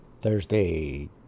Thursday